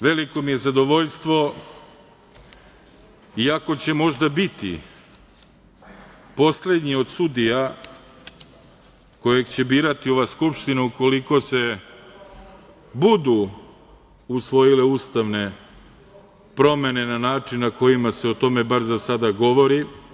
Veliko mi je zadovoljstvo iako će možda biti poslednji od sudija kojeg će birati ova Skupština, ukoliko se budu usvojile ustavne promene na način na koji se o tome bar za sada govori.